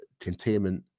containment